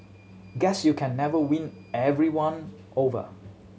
guess you can never win everyone over